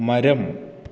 മരം